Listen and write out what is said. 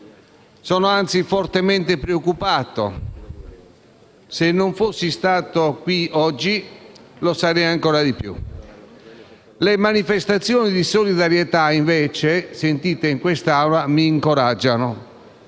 Sono anzi fortemente preoccupato e se non fossi stato qui oggi lo sarei ancora di più; le manifestazioni di solidarietà sentite in quest'Aula, invece, mi incoraggiano